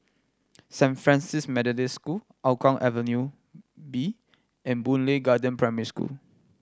Saint Francis Methodist School Hougang Avenue B and Boon Lay Garden Primary School